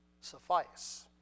suffice